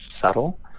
subtle